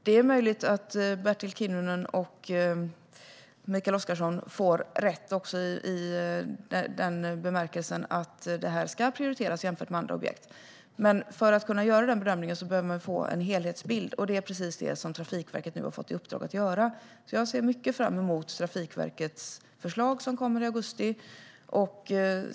Det är möjligt att Bertil Kinnunen och Mikael Oscarsson får rätt också i den bemärkelsen att detta ska prioriteras framför andra objekt. Men för att kunna göra den bedömningen behöver man få en helhetsbild, och det är precis detta som Trafikverket nu har fått i uppdrag att göra. Jag ser mycket fram emot Trafikverkets förslag, som kommer i augusti.